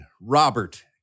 Robert